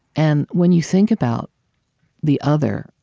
and when you think about the other,